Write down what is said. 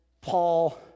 Paul